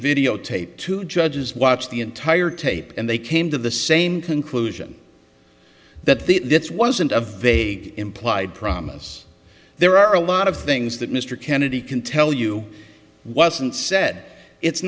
video tape two judges watched the entire tape and they came to the same conclusion that this wasn't a vague implied promise there are a lot of things that mr kennedy can tell you wasn't said it's